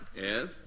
Yes